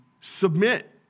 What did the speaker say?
submit